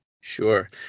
Sure